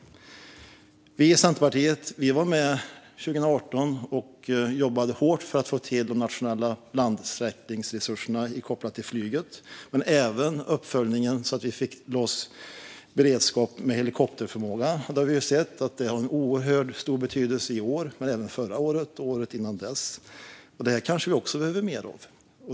Vi i Centerpartiet var med 2018 och jobbade hårt för att få till de nationella landsläckningsresurserna kopplade till flyget, men vi var även med vid uppföljningen så att vi fick loss beredskap med helikopterförmåga. Vi har sett att det har haft oerhört stor betydelse i år men även förra året och året innan dess. Detta kanske vi också behöver mer av.